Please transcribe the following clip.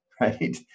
right